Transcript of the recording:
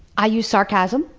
i use sarcasm.